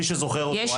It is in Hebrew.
מי שזוכר אותו,